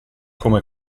come